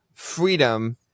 freedom